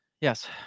yes